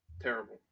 Terrible